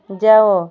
ଯାଅ